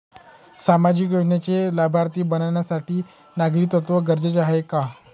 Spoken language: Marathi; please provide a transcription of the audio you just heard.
सामाजिक योजनेचे लाभार्थी बनण्यासाठी नागरिकत्व गरजेचे आहे का?